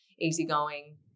easygoing